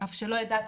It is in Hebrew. אף שלא ידעתי.